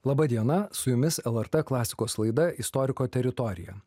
laba diena su jumis lrt klasikos laida istoriko teritorija